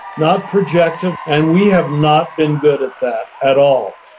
not project it. and we have not been good at that at all,